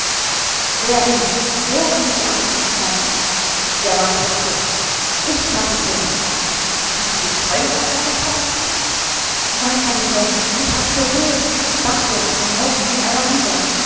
wer rief wer ließ die angst uns kosten der mann tritt vor ich kapitän hast du geträumt auf deinem posten nein kapitän ich hab's gesehn backbord am heck ging einer